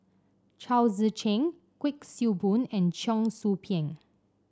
Chao Tzee Cheng Kuik Swee Boon and Cheong Soo Pieng